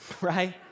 right